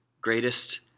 greatest